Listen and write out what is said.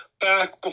back